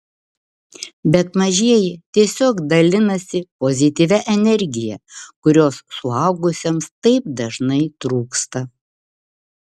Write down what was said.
bet mažieji tiesiog dalinasi pozityvia energija kurios suaugusiems taip dažnai trūksta